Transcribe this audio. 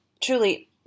truly